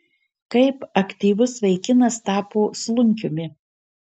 kaip aktyvus vaikinas tapo slunkiumi